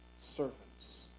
servants